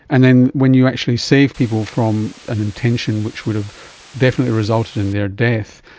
and then when you actually save people from an intention which would have definitely resulted in their death,